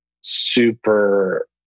super